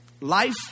life